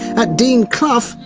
at dean clough,